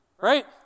Right